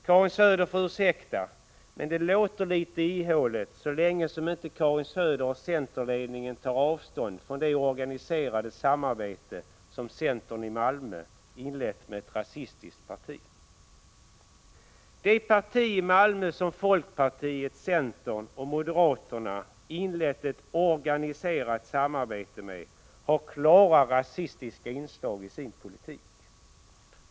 Karin Söder får ursäkta, men det låter litet ihåligt så länge som inte Karin Söder och centerledningen tar avstånd från det organiserade samarbete som centern i Malmö har inlett med ett rasistiskt parti. Det parti i Malmö som folkpartiet, centern och moderaterna inlett ett organiserat samarbete med har klara rasistiska inslag i sin politik.